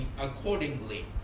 accordingly